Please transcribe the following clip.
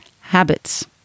habits